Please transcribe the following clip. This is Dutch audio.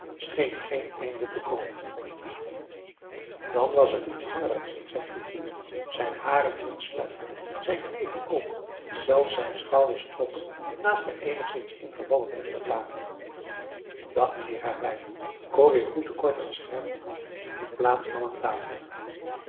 scheen geen einde te komen dan was er iets hangerigs in zijn figuur zijn haren hingen sluik zijn knevel ook zelfs zijn schouders trokken naast de eenigszins ingevallen borst omlaag dag meneer herwijnen corrie groette kort en scherp den man die plaats nam aan tafel